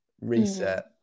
reset